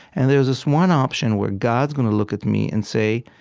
and there's this one option where god's going to look at me and say,